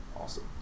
awesome